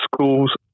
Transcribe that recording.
schools